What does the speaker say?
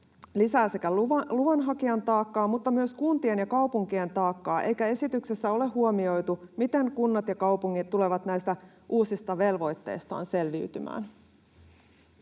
lisää sekä luvanhakijan taakkaa että myös kuntien ja kaupunkien taakkaa, eikä esityksessä ole huomioitu, miten kunnat ja kaupungit tulevat näistä uusista velvoitteistaan selviytymään.